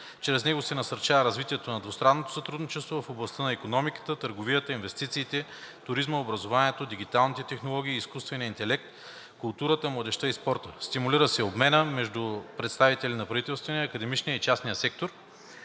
Чрез него се насърчава развитието на двустранното сътрудничество в областта на икономиката, търговията, инвестициите, туризма, образованието, дигиталните технологии и изкуствения интелект, културата, младежта и спорта. Стимулира се обменът между представители на правителствения, академичния и частния сектор.